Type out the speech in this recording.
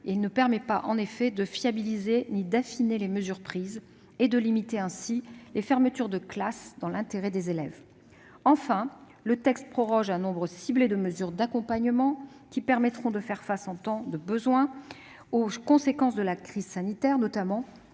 ne permet pas, en effet, de fiabiliser ni d'affiner les mesures prises et de limiter ainsi les fermetures de classes dans l'intérêt des élèves. Enfin, le texte proroge un nombre ciblé de mesures d'accompagnement, qui permettront de faire face en tant que de besoin aux conséquences de la crise sanitaire, notamment en